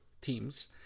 teams